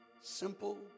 simple